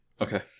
Okay